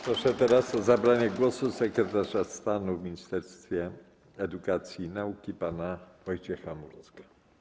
Proszę teraz o zabranie głosu sekretarza stanu w ministerstwie edukacji i nauki pana Wojciecha Murdzka.